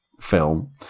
film